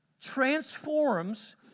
transforms